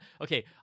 Okay